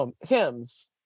hymns